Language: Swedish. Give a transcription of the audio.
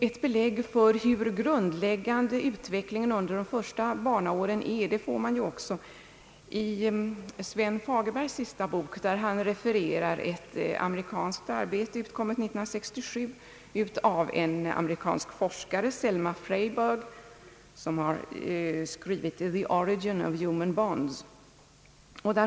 Ett belägg för hur grundläggande utvecklingen under de första barnaåren är får man i Sven Fagerbergs senaste bok, där han refererar ett amerikanskt arbete år 1967 av en amerikansk forskare, Selma Fraiberg, med titeln The origin of human bonds.